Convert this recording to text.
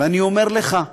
ואני אומר לך,